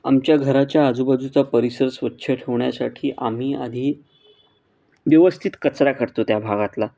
आमच्या घराच्या आजूबाजूचा परिसर स्वच्छ ठेवण्यासाठी आम्ही आधी व्यवस्थित कचरा कढतो त्या भागातला